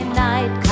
night